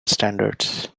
standards